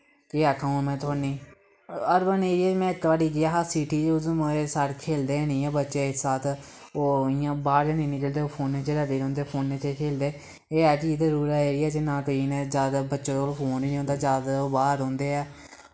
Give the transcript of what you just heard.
केह् आक्खां में हून तोआनी अर्बन एरिया च में इक बारी गेआ हा सिटी च उत्थें मोए सारे खेलदे गै नी हैन इक साथ ओह् इयां बाह्र गै नी निकलदे ओह् फौनै च गै लग्गे रौंह्दे फोनै च गै खेलदे एह् ऐ कि इद्धर रूरल एरिया च ना ते इन्ने ज्यादा बच्चें कोल फोन होंदा ज्यादा ओह् बाह्र रौंह्दे ऐ